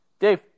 Dave